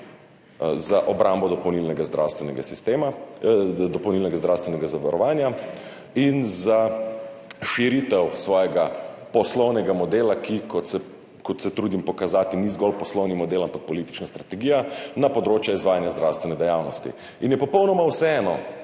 za obrambo dopolnilnega zdravstvenega zavarovanja in za širitev svojega poslovnega modela, ki, kot se trudim pokazati, ni zgolj poslovni model, ampak tudi politična strategija, na področje izvajanja zdravstvene dejavnosti. In je popolnoma vseeno,